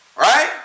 Right